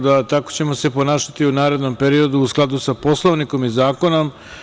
Dakle, tako ćemo se ponašati u narednom periodu u skladu sa Poslovnikom i zakonom.